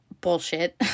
bullshit